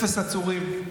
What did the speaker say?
אפס עצורים.